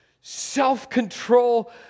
self-control